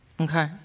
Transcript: Okay